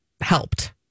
helped